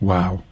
Wow